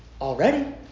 Already